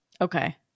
okay